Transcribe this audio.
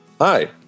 Hi